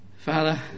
Father